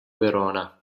verona